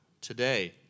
today